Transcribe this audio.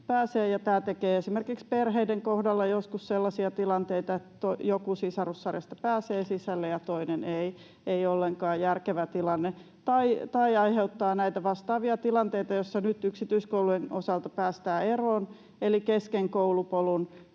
Tämä tekee esimerkiksi perheiden kohdalla joskus sellaisia tilanteita, että joku sisarussarjasta pääsee sisälle ja toinen ei — ei ollenkaan järkevä tilanne — tai aiheuttaa näitä vastaavia tilanteita, joista nyt yksityiskoulujen osalta päästään eroon, eli kesken koulupolun